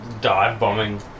dive-bombing